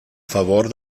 favor